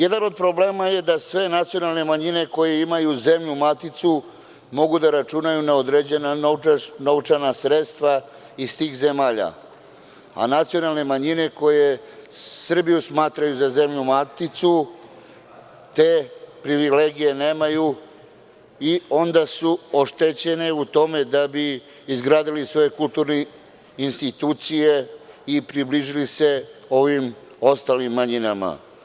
Jedan od problema je da sve nacionalne manjine koje imaju zemlju maticu mogu da računaju na određena novčana sredstva iz tih zemalja, a nacionalne manjine koje Srbiju smatraju za zemlju maticu te privilegije nemaju i onda su oštećene u tome da bi izgradili svoje kulturne institucije i približili se ovim ostalim manjinama.